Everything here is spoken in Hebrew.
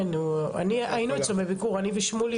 כן, היינו אצלו בביקור אני ושמולי.